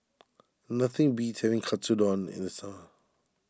nothing beats having Katsudon in the summer